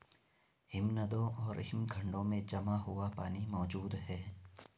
हिमनदों और हिमखंडों में जमा हुआ पानी मौजूद हैं